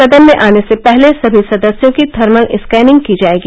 सदन में आने से पहले समी सदस्यों की थर्मल स्केनिंग की जायेगी